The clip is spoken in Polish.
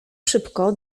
szybko